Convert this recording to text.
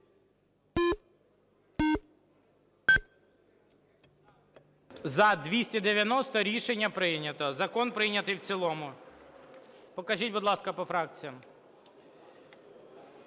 За-290 Рішення прийнято. Закон прийнятий в цілому. Покажіть, будь ласка, по фракціям.